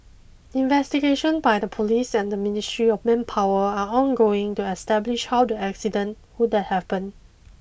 investigation by the police and the Ministry of Manpower are ongoing to establish how the accident would have happened